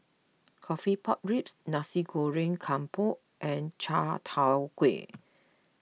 Coffee Pork Ribs Nasi Goreng Kampung and Chai Tow Kuay